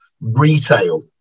retail